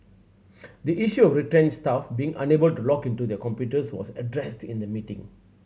the issue of retrenched staff being unable to log into their computers was addressed in the meeting